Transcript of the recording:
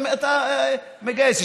אתה מגייס,